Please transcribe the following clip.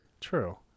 True